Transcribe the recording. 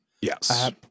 Yes